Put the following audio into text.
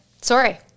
sorry